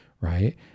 right